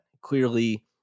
clearly